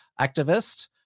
activist